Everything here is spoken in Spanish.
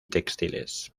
textiles